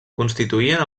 constituïen